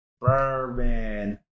Bourbon